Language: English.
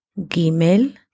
Gimel